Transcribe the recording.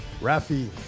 Rafi